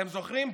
אתם זוכרים?